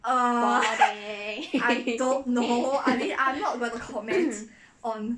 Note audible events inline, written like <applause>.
body <laughs>